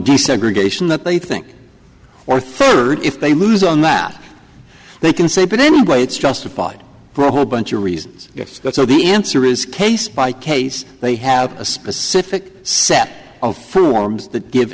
desegregation that they think or third if they lose on that they can say but anyway it's justified for whole bunch of reasons yes that's the answer is case by case they have a specific set of forms that give